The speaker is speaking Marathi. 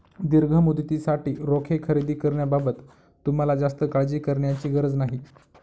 दीर्घ मुदतीसाठी रोखे खरेदी करण्याबाबत तुम्हाला जास्त काळजी करण्याची गरज नाही